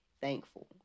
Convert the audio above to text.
thankful